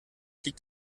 liegt